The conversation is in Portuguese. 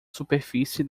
superfície